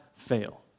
fail